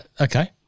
Okay